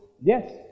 Yes